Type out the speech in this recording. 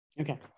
Okay